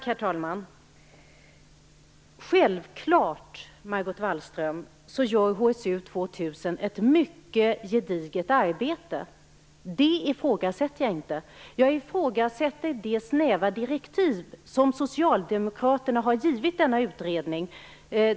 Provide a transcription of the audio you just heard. Herr talman! Självfallet, Margot Wallström, gör HSU 2000 ett mycket gediget arbete. Det ifrågasätter jag inte. Jag ifrågasätter de snäva direktiv som Socialdemokraterna har givit denna utredning.